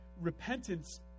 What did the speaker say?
repentance